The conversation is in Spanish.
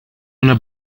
una